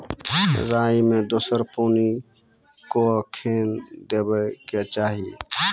राई मे दोसर पानी कखेन देबा के चाहि?